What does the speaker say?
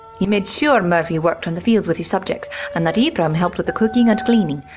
he made sure murphy worked in the fields with his subjects, and that yhprum helped with the cooking and cleaning.